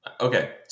Okay